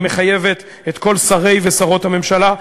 היא מחייבת את כל שרי ושרות הממשלה.